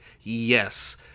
Yes